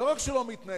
ולא רק שהוא לא מתנהל,